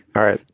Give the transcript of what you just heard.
all right.